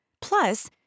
Plus